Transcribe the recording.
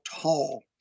tall